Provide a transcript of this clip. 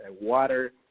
water